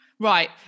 Right